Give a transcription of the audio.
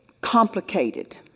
complicated